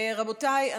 רבותיי,